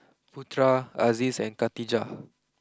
Putra Aziz and Khatijah